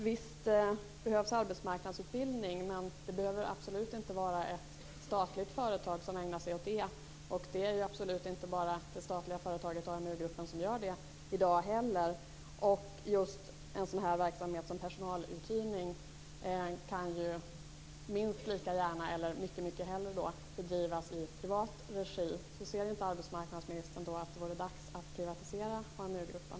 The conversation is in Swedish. Visst behövs arbetsmarknadsutbildning, men det behöver absolut inte vara ett statligt företag som ägnar sig åt det. Det är inte heller bara det statliga företaget AmuGruppen som gör det i dag. Just en sådan verksamhet som personaluthyrning kan lika gärna, eller mycket hellre, bedrivas i privat regi. Ser inte arbetsmarknadsministern att det vore dags att privatisera AmuGruppen?